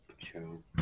true